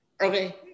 Okay